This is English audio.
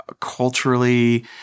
culturally